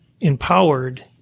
empowered